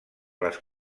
les